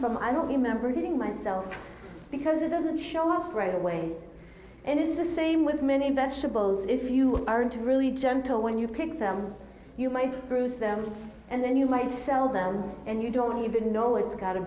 from i don't remember getting myself because it doesn't show up right away and it's the same with many vegetables if you aren't really gentle when you pick them you might bruise them and then you might sell them and you don't even know it's got a